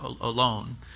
alone